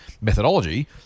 methodology